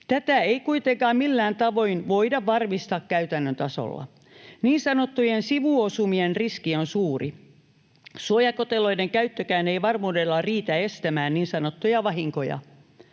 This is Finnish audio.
Tätä ei kuitenkaan millään tavoin voida varmistaa käytännön tasolla. Niin sanottujen sivuosumien riski on suuri. Suojakoteloiden käyttökään ei varmuudella riitä estämään niin sanottuja vahinkoja.